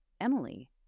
Emily